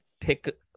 pick